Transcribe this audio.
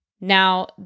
Now